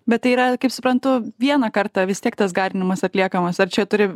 bet tai yra kaip suprantu vieną kartą vis tiek tas garinimas atliekamas ar čia turi